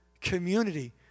community